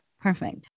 Perfect